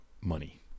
money